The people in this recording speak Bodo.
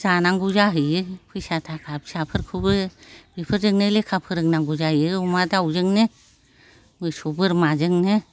जानांगौ जाहैयो फैसा थाखा फिसाफोरखौबो बेफोरजोंनो लेखा फोरोंनांगौ जायो अमा दाउजोंनो मोसौ बोरमाजोंनो